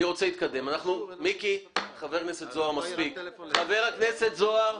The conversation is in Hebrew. חבר הכנסת זוהר, מספיק.